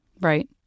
Right